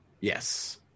Yes